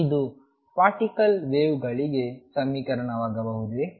ಇದು particle wave ಗಳಿಗೆ ಸಮೀಕರಣವಾಗಬಹುದೇ